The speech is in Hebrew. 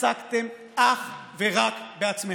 עסקתם אך ורק בעצמכם.